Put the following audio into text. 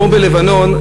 כמו בלבנון,